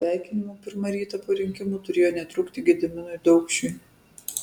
sveikinimų pirmą rytą po rinkimų turėjo netrūkti gediminui daukšiui